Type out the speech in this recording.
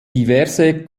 diverse